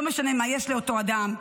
לא משנה מה יש לאותו אדם,